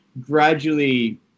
gradually